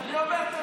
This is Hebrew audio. אני אומר: תמשיך.